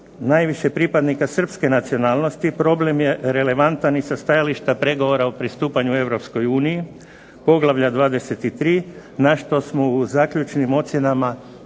najviše pripadnika srpske nacionalnosti, problem je relevantan i sa stajališta pregovora o pristupanju Europskoj uniji, poglavlja 23 na što smo u zaključnim ocjenama